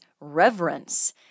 reverence